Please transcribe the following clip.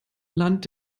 land